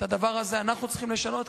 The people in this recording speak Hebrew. את הדבר הזה אנחנו צריכים לשנות,